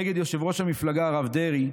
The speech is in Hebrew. נגד יושב-ראש המפלגה הרב דרעי,